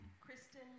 Kristen